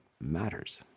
matters